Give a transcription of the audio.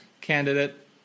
candidate